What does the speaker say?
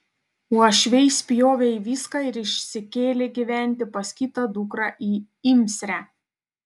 uošviai spjovė į viską ir išsikėlė gyventi pas kitą dukrą į imsrę